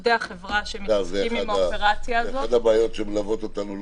זו אחת הבעיות שמלוות אותנו,